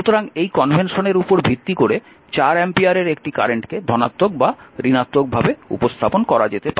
সুতরাং এই কনভেনশনের উপর ভিত্তি করে 4 অ্যাম্পিয়ারের একটি কারেন্টকে ধনাত্মক বা ঋণাত্মক ভাবে উপস্থাপন করা যেতে পারে